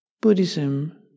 Buddhism